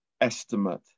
estimate